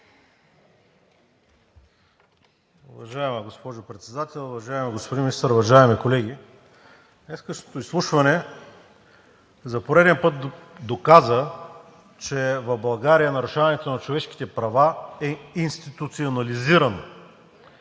Уважаема госпожо Председател, уважаеми господин Министър, уважаеми колеги! Днешното изслушване за пореден път доказа, че в България нарушаването на човешките права е институционализирано.